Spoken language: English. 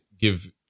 give